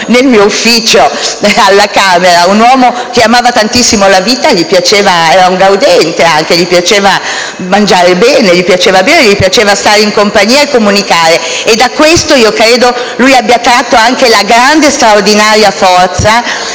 mi offri?». Era un uomo che amava tantissimo la vita, era un gaudente: gli piaceva mangiare bene e bere, gli piaceva stare in compagnia e comunicare. Da questo credo abbia tratto anche la grande, straordinaria forza